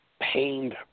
pained